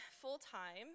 full-time